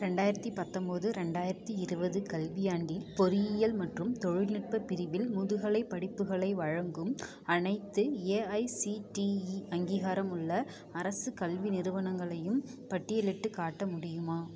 ரெண்டாயிரத்தி பத்தொன்பது ரெண்டாயிரத்தி இருபது கல்வியாண்டில் பொறியியல் மற்றும் தொழில்நுட்ப பிரிவில் முதுகலைப் படிப்புகளை வழங்கும் அனைத்து ஏஐசிடிஇ அங்கீகாரமுள்ள அரசு கல்வி நிறுவனங்களையும் பட்டியலிட்டுக் காட்ட முடியுமா